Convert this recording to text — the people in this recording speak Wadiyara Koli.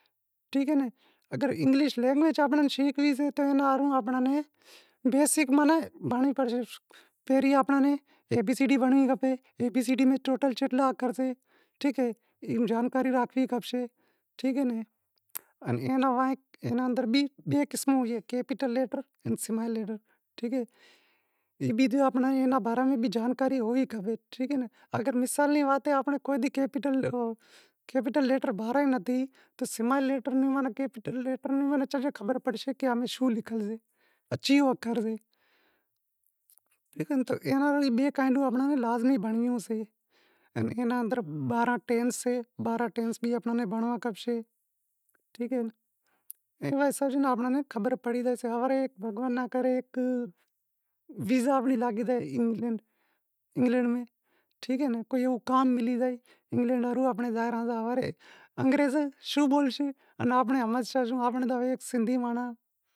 ٹھیک اے ناں اگر انگلش لینگویز آپاں نیں شینکھڑی سے تو اینا ہاروں آپاں نیں بیسک بھنڑنڑی پڑشے، پہریں آپاں نیں اے بی سی ڈی بھنڑنڑی پڑشے، اے بی سی ماہ ٹوٹل چھیتلا اکھر سے، ٹھیک اے، ای جانکاری راکھنڑی پڑسے، اینا لیوا، انے اندر بے قسماں ری اہے، کیپیٹل لیٹر ان سمال لیٹر، ای جانکاری بھی ہونڑ کھپے، اگر مثالی وات اے، آنپڑے کوئی بھی کیپیٹل رو کیپیٹل لیٹر، سمال لیٹر ماہ شوں لکھیو سے، ایئے اندر بارانہں ٹینس اہیں او بھی امیں بھنڑوا کھپشیں، ٹھیک اے، امیں خبر راکھنڑی پڑی زائیسے، ہوے بھگوان ناں کرے ویزا آنپڑی لاگی زائے انگلیڈ میں زاں کو ایوو کام ملی زاوے انگلیں ماہ ، امیں زائی رہاں تو انگریز شوں بولشیں آن آپین